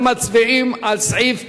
אנחנו מצביעים על סעיף 2,